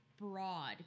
broad